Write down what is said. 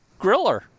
Griller